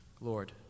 Lord